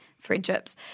friendships